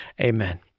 Amen